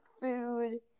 food